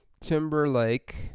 Timberlake